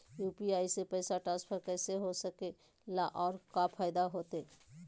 UPI से पैसा transfer कैसे हो सके ला और का फायदा होएत?